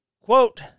Quote